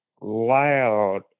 loud